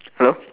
hello